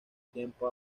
tiempo